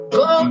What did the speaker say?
go